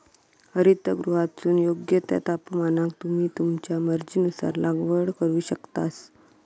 हरितगृहातसून योग्य त्या तापमानाक तुम्ही तुमच्या मर्जीनुसार लागवड करू शकतास